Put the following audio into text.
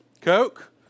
Coke